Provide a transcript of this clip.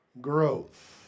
growth